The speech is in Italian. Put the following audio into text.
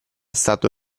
stato